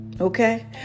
Okay